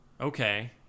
Okay